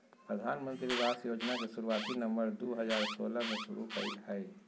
प्रधानमंत्री आवास योजना के शुरुआत नवम्बर दू हजार सोलह में शुरु कइल गेलय